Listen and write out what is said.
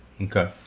Okay